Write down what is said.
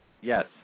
Yes